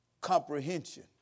comprehension